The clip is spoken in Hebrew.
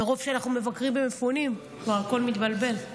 מרוב שאנחנו מבקרים מפונים הכול כבר מתבלבל.